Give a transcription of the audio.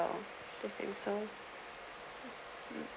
that's it so